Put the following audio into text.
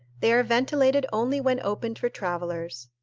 they are ventilated only when opened for travelers.